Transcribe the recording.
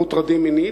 מוטרדים מינית,